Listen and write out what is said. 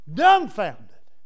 dumbfounded